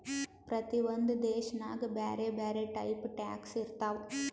ಪ್ರತಿ ಒಂದ್ ದೇಶನಾಗ್ ಬ್ಯಾರೆ ಬ್ಯಾರೆ ಟೈಪ್ ಟ್ಯಾಕ್ಸ್ ಇರ್ತಾವ್